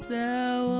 Thou